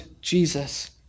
Jesus